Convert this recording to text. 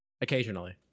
Occasionally